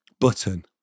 Button